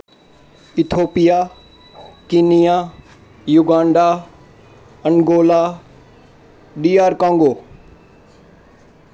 Ethiopia Kenya Uganda Angola D R Congo